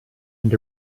and